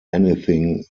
anything